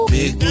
Big